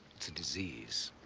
it's a disease.